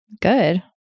Good